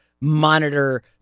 monitor